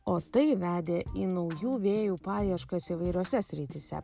o tai vedė į naujų vėjų paieškas įvairiose srityse